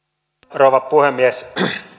arvoisa puhemies